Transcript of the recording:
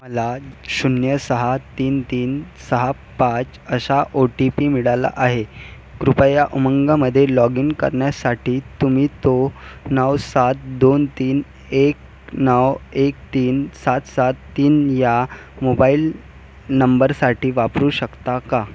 मला शून्य सहा तीन तीन सहा पाच असा ओ टी पी मिळाला आहे कृपया उमंगमध्ये लॉग इन करण्यासाठी तुम्ही तो नऊ सात दोन तीन एक नऊ एक तीन सात सात तीन या मोबाईल नंबरसाठी वापरू शकता का